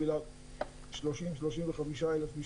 שקודם כל תשמרו על היהלומנים עם הראש מעל למים.